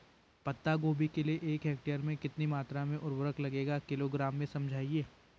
पत्ता गोभी के लिए एक हेक्टेयर में कितनी मात्रा में उर्वरक लगेगा किलोग्राम में समझाइए?